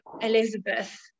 Elizabeth